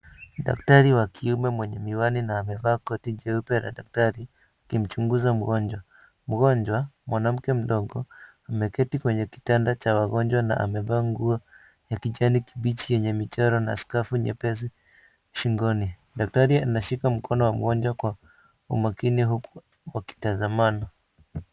Daktari wa kiume mwenye amevaa koti jeupe La daktari na miwani, anamchguza mgonjwa . Mgonjwa mwanamke mdogo ameketi kwenye kitanda Cha wagonjwa na amevaa nguo ya kijani kibichi enye michoro na scavu nyepesi shingoni. Daktari ameshika mkono wa mgonjwa kwa umakini huku wakitazamana.